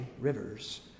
rivers